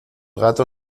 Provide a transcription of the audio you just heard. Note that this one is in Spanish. gato